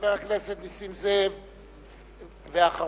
חבר הכנסת נסים זאב, בבקשה.